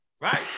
right